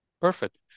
Perfect